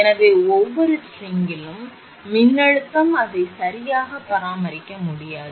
எனவே ஒவ்வொரு ஸ்ட்ரிங்கிலும் மின்னழுத்தம் அதை சரியாகப் பராமரிக்க முடியாது